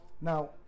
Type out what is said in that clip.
Now